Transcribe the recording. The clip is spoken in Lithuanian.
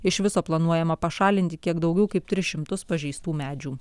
iš viso planuojama pašalinti kiek daugiau kaip tris šimtus pažeistų medžių